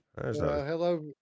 hello